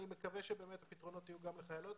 אני מקווה שבאמת הפתרונות יהיו גם לחיילות.